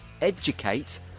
educate